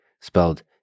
spelled